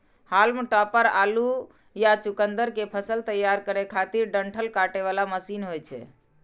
हाल्म topper आलू या चुकुंदर के फसल तैयार करै खातिर डंठल काटे बला मशीन होइ छै